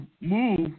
move